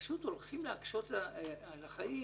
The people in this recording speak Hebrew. פשוט הולכים להקשות על החיים